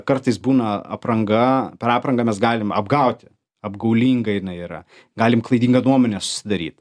kartais būna apranga per aprangą mes galim apgauti apgaulinga jinai yra galim klaidingą nuomonę susidaryt